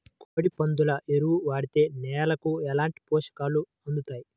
కోడి, పందుల ఎరువు వాడితే నేలకు ఎలాంటి పోషకాలు అందుతాయి